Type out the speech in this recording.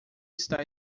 está